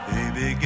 Baby